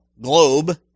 globe